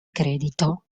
credito